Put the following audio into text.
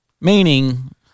meaning